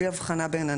בלי הבחנה בין ענפים,